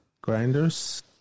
grinders